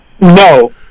no